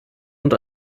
und